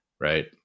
right